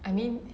I mean